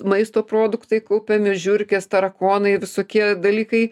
maisto produktai kaupiami žiurkės tarakonai visokie dalykai